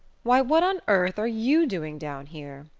why, what on earth are you doing down here?